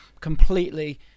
completely